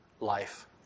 Life